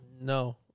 No